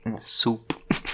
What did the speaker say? Soup